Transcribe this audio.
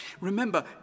Remember